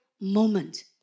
moment